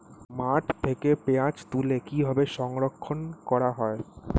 মাঠ থেকে পেঁয়াজ তুলে কিভাবে সংরক্ষণ করা হয়?